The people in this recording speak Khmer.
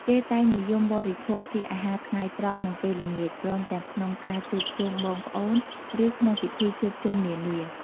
គេតែងនិយមបរិភោគ ជាអាហារថ្ងៃត្រង់និងពេលល្ងាច ព្រមទាំងក្នុងការជួបជុំបងប្អូនឬក្នងពិធីជួបជុំនានា។